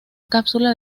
cápsula